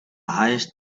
highest